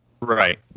Right